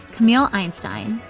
camille einstein,